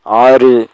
ஆறு